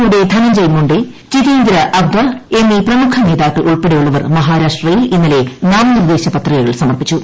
യുടെ ധനഞ്ജയ് മുണ്ടെ ജിതേന്ദ്ര അവ്ഹദ് എന്നീ പ്രമുഖ നേതാക്കൾ ഉൾപ്പെട്ടെയുള്ളവർ മഹാരാഷ്ട്രയിൽ ഇന്നലെ നിമനിർദ്ദേശ പത്രികകൾ സമർപ്പിച്ചു